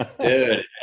dude